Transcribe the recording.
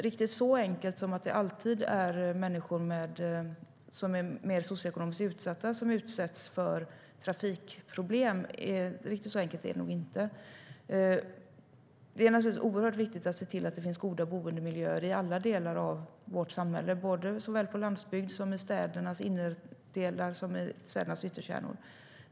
Riktigt så enkelt som att det alltid är människor som är mer socioekonomiskt utsatta som utsätts för trafikproblem är det nog inte. Det är oerhört viktigt att se till att det finns goda boendemiljöer i alla delar av vårt samhälle, såväl på landsbygd som i städernas innerkärnor och yttre delar.